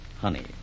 honey